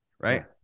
Right